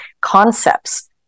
concepts